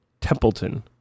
Templeton